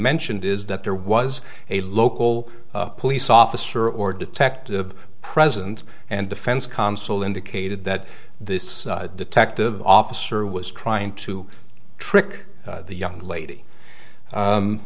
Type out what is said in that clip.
mentioned is that there was a local police officer or detective present and defense counsel indicated that this detective officer was trying to trick the young lady